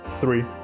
Three